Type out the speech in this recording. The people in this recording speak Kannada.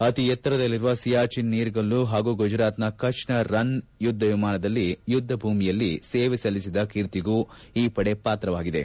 ಅತಿ ಎತ್ತರದಲ್ಲಿರುವ ಸಿಯಾಚಿನ್ ನೀರ್ಗಲ್ಲು ಹಾಗೂ ಗುಜರಾತ್ನ ಕಚ್ನ ರನ್ ಯುದ್ದಭೂಮಿಯಲ್ಲಿ ಸೇವೆ ಸಲ್ಲಿಸಿದ ಕೀರ್ತಿಗೂ ಈ ಪಡೆ ಪಾತ್ರವಾಗಿದೆ